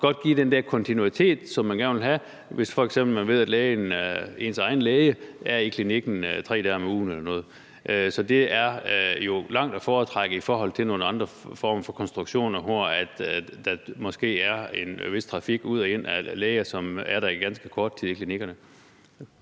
godt give den der kontinuitet, som man gerne vil have, hvis man f.eks. ved, at ens egen læge er i klinikken 3 dage om ugen eller sådan noget. Så det er jo langt at foretrække i forhold til nogle andre konstruktioner, hvor der måske er en vis trafik ud og ind af læger, som er ganske kort tid i klinikkerne.